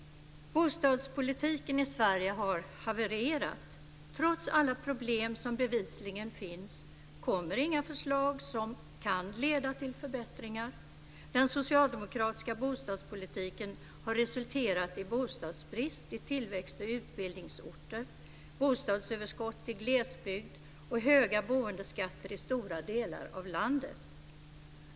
Bostadspolitiken i Sverige har havererat. Trots alla problem som bevisligen finns kommer inga förslag som kan leda till förbättringar. Den socialdemokratiska bostadspolitiken har resulterat i bostadsbrist i tillväxt och utbildningsorter, bostadsöverskott i glesbygd och höga boendeskatter i stora delar av landet.